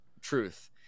truth